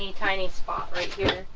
tiny spot right here